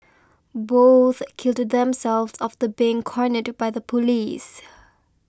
both killed themselves after being cornered by the police